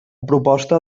proposta